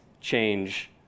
change